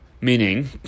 Meaning